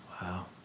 Wow